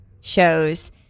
shows